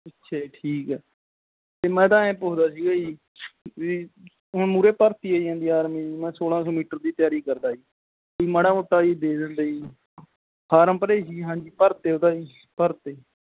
ਅੱਛਾ ਜੀ ਠੀਕ ਹੈ ਅਤੇ ਮੈਂ ਤਾਂ ਆਏਂ ਪੁੱਛਦਾ ਸੀਗਾ ਜੀ ਵੀ ਹੁਣ ਮੂਹਰੇ ਭਰਤੀ ਆਈ ਜਾਂਦੀ ਆਰਮੀ ਦੀ ਮੈਂ ਸੋਲਾਂ ਸੌ ਮੀਟਰ ਦੀ ਤਿਆਰੀ ਕਰਦਾ ਜੀ ਤੁਸੀਂ ਮਾੜਾ ਮੋਟਾ ਜੀ ਦੇ ਦਿੰਦੇ ਜੀ ਫਾਰਮ ਭਰੇ ਸੀ ਹਾਂਜੀ ਭਰਤੇ ਉਹ ਤਾਂ ਜੀ ਭਰਤੇ